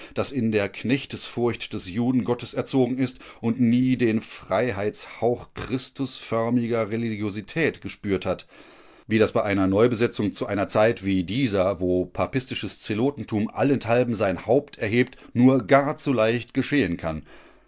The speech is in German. das in der knechtesfurcht des judengottes erzogen ist und nie den freiheitshauch christusförmiger religiosität gespürt hat wie das bei einer neubesetzung zu einer zeit wie dieser wo papistisches zelotentum allenthalben sein haupt erhebt nur gar zu leicht geschehen kann